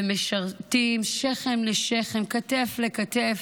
ומשרתים שכם אל שכם, כתף אל כתף,